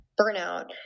burnout